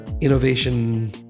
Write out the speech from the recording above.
innovation